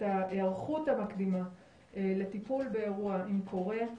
את ההיערכות המקדימה לטיפול באירוע אם קורה.